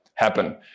Happen